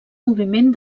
moviment